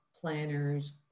planners